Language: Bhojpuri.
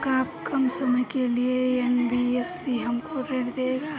का कम समय के लिए एन.बी.एफ.सी हमको ऋण देगा?